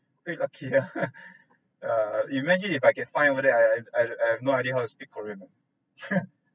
pretty lucky yeah yeah if imagine if I get fined over I I have I have I have no idea how speak korean [one]